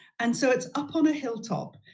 and so it's up on a hilltop,